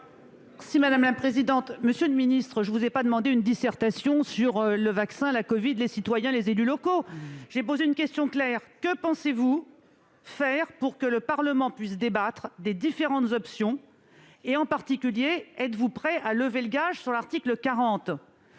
pour la réplique. Monsieur le secrétaire d'État, je ne vous ai pas demandé une dissertation sur le vaccin, la covid, les citoyens, les élus locaux ... J'ai posé une question claire : que pensez-vous faire pour que le Parlement puisse débattre des différentes options ? En particulier, êtes-vous prêt à lever le gage imposé par l'article 40